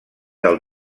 del